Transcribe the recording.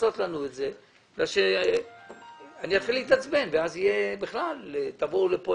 לעשות לנו את זה כי אני אתחיל להתעצבן ואז תבואו לכאן